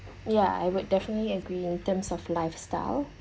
ya I would definitely agree in terms of lifestyle